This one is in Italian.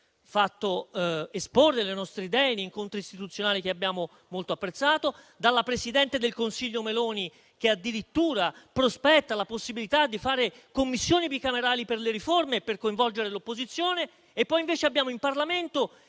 fatto esporre le nostre idee in incontri istituzionali che abbiamo molto apprezzato, e dalla presidente del Consiglio Meloni, che addirittura prospetta la possibilità di fare Commissioni bicamerali per le riforme per coinvolgere l'opposizione e poi invece abbiamo in Parlamento